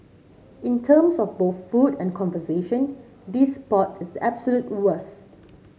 in terms of both food and conversation this spot is absolute worst